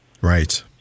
Right